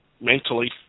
mentally